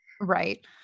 Right